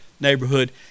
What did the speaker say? neighborhood